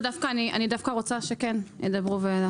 אני דווקא רוצה שכן ידברו.